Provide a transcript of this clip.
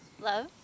love